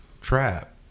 trap